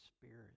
spirit